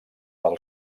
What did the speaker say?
del